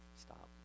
Stop